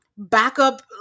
Backup